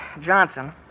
Johnson